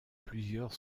plusieurs